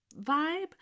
vibe